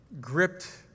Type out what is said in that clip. gripped